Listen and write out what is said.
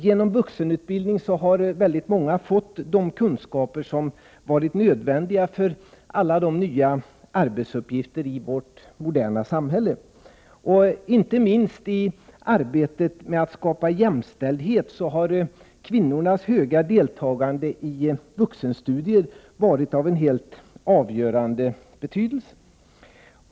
Genom vuxenutbildning har många fått de kunskaper som har varit nödvändiga för att klara av alla de nya arbetsuppgifterna i vårt moderna samhälle. Inte minst i arbetet med att skapa jämställdhet har kvinnornas höga deltagande i vuxenstudier varit av helt avgörande betydelse.